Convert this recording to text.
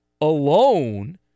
alone